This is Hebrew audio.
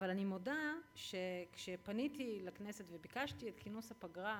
אבל אני מודה שכשפניתי לכנסת וביקשתי את כינוס הפגרה,